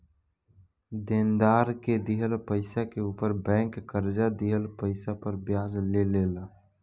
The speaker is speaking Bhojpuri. देनदार के दिहल पइसा के ऊपर बैंक कर्जा दिहल पइसा पर ब्याज ले ला